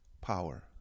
power